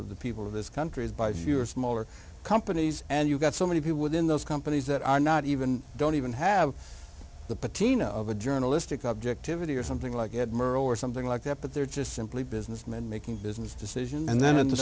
of the people of this country is by fewer smaller companies and you've got so many people within those companies that are not even don't even have the patina of a journalistic objectivity or something like admiral or something like that but they're just simply businessmen making business decisions and then in the